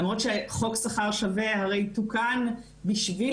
למרות שחוק שכר שווה הרי תוקן בשביל